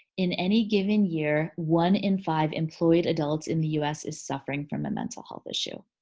in any given year, one in five employed adults in the us is suffering from a mental health issue.